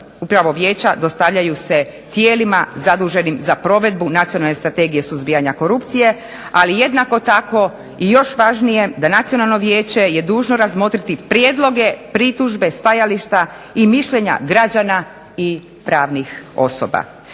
upravo Vijeća dostavljaju se tijelima zaduženim za provedbu Nacionalne strategije suzbijanja korupcije. Ali jednako tako i još važnije da Nacionalno vijeće je dužno razmotriti prijedloge, pritužbe, stajališta i mišljenja građana i pravnih osoba.